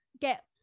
get